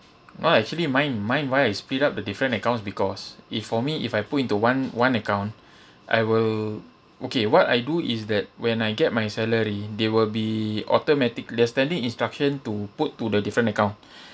no actually mine mine why I split up the different accounts because if for me if I put into one one account I will okay what I do is that when I get my salary they will be automatically the standing instruction to put to the different account